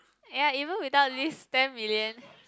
ya even without this ten million